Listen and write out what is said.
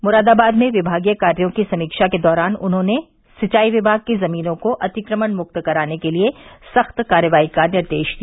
मुरादाबाद में विभागीय कार्यो की समीव्वा के दौरान उन्होंने सिंचाई विमाग की जमीनों को अतिक्रमण मुक्त कराने के लिये सख्त कार्रवाई का निर्देश दिया